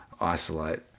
isolate